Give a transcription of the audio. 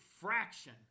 fraction